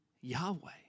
Yahweh